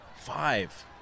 Five